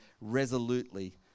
resolutely